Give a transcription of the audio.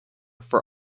for